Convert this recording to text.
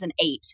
2008